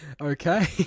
okay